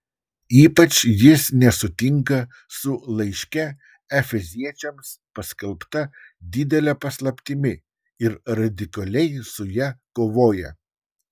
ypač jis nesutinka su laiške efeziečiams paskelbta didele paslaptimi ir radikaliai su ja kovoja